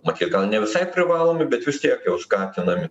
matyt gal ne visai privalomi bet vis tiek jau skatinami